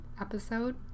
episode